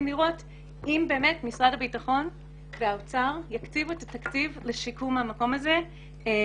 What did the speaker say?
לראות אם באמת משרד הביטחון והאוצר יקציבו את התקציב לשיקום המקום הזה.